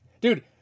Dude